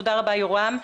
תודה רבה, יורם.